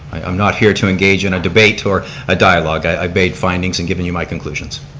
i'm not here to engage in a debate or a dialogue. i've made findings and given you my conclusions.